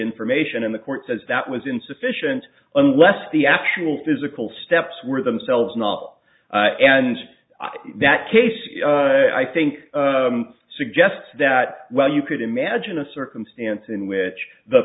information in the court says that was insufficient unless the actual physical steps were themselves not and that case i think suggests that well you could imagine a circumstance in which the